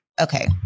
okay